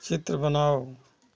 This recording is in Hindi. चित्र बनाओ